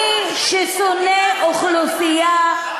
מי ששונא אוכלוסייה,